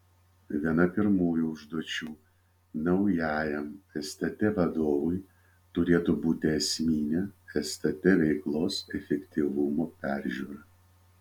viena pirmųjų užduočių naujajam stt vadovui turėtų būti esminė stt veiklos efektyvumo peržiūra